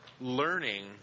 learning